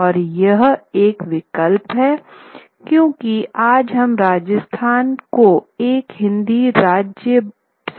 और यह एक विकल्प है क्योंकि आज हम राजस्थान को एक हिंदी भाषी राज्य समझते है